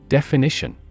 Definition